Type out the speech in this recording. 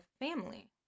family